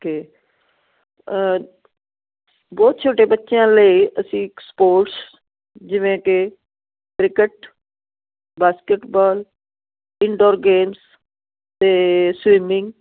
okay ਬਹੁਤ ਛੋਟੇ ਬੱਚਿਆਂ ਲਈ ਅਸੀਂ ਇੱਕ ਸਪੋਰਟਸ ਜਿਵੇਂ ਕਿ ਕ੍ਰਿਕਟ ਬਾਸਕਿਟਬੋਲ ਇਨਡੋਰ ਗੇਮਸ ਅਤੇ ਸਵਿਮਿੰਗ